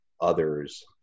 others